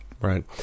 right